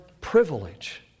privilege